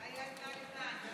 אולי היא עלתה לכאן.